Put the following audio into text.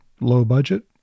low-budget